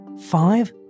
five